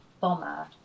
bomber